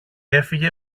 έφυγε